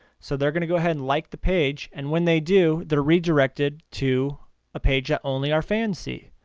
so, they are going to go ahead and like the page and when they do they are redirected to a page that only our fans see.